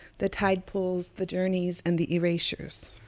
the tide pools, the journeys and the erasures.